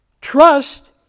trust